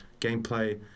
gameplay